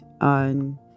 on